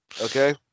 okay